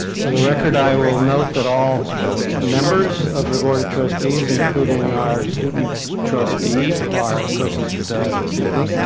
for the record, i will note that all members of the board of trustees including our student trustee are present this evening.